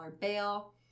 bail